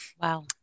Wow